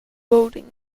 voting